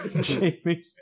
Jamie